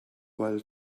well